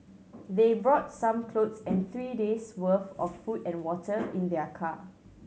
they brought some clothes and three days' worth of food and water in their car